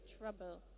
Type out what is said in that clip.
trouble